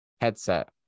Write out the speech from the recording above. headset